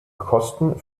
kosten